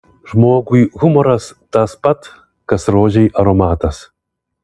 žmogui humoras tas pat kas rožei aromatas